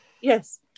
Yes